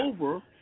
over